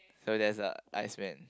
so there's a iceman